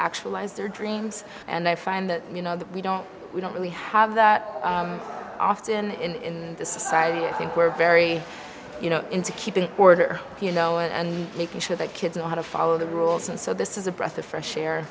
actualize their dreams and i find that you know that we don't we don't really have that often in this society i think we're very you know into keeping order you know and making sure that kids know how to follow the rules and so this is a breath of fresh air